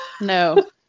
No